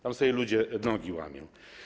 Tam sobie ludzie nogi łamią.